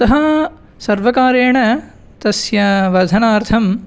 अतः सर्वकारेण तस्य वर्धनार्थम्